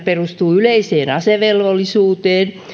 perustuu yleiseen asevelvollisuuteen